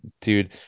dude